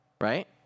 right